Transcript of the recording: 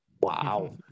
Wow